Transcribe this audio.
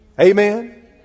Amen